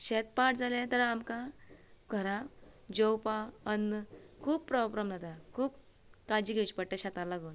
शेत पाड जाले तर आमकां घरान जेवपाक अन्न खूप प्रॉब्लम जाता खूब काळजी घेवची पडटा शेतां लागून